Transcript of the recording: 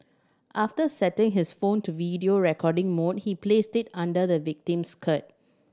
after setting his phone to video recording mode he placed it under the victim's skirt